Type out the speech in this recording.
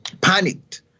panicked